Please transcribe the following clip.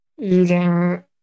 eating